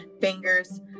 fingers